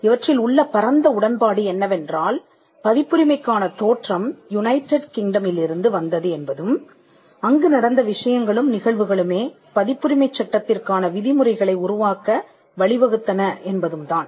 இவற்றில் உள்ள பரந்த உடன்பாடு என்னவென்றால் பதிப்புரிமைக்கான தோற்றம் யுனைட்டட் கிங்டம் இல் இருந்து வந்தது என்பதும் அங்கு நடந்த விஷயங்களும் நிகழ்வுகளுமே பதிப்புரிமைச் சட்டத்திற்கான விதிமுறைகளை உருவாக்க வழிவகுத்தன என்பதும் தான்